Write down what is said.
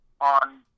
on